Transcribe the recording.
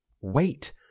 Wait